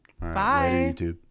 bye